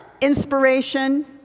inspiration